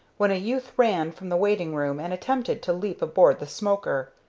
when a youth ran from the waiting-room and attempted to leap aboard the smoker.